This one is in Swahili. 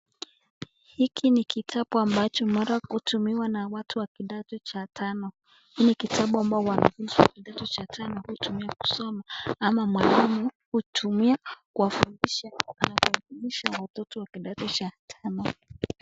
Hiki ni kitabu ambacho mara hutumiwa na watu wa kidato cha tano. Hii ni kitabu ambao wanafunzi wa kidato cha tano hutumia kusoma ama mwalimu hutumia kuwafundisha kubadilisha watoto wa kidato cha tano.